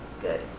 Good